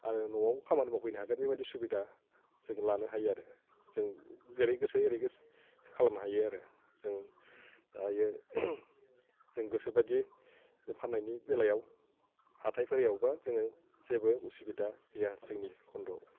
आङो न'आव खामानि मावफैनो हागोन बेबायदि सुबिदा जों लानो हायो आरो जों जेरै गोसो एरै खालामनो हायो आरो जों दायो जों गोसो बायदि जों फाननायनि बेलायाव हाथायफोरावबा जोङो जेबो उसुबिदा गैया जोंनि खन्द'आव